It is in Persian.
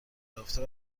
یافته